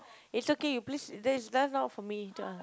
it's okay you please that's that's not for me to a~